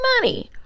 money